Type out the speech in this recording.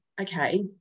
okay